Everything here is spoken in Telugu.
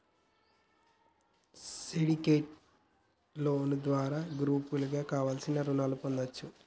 సిండికేట్ లోను ద్వారా గ్రూపుగా కావలసిన రుణాలను పొందొచ్చు